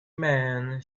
man